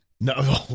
No